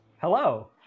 Hello